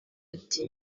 ati